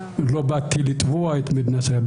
אני לא באתי לתבוע את מדינת ישראל,